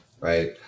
Right